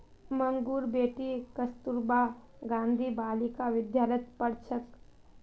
मंगूर बेटी कस्तूरबा गांधी बालिका विद्यालयत पढ़ छेक